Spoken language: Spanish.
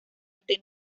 este